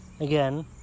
again